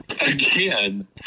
again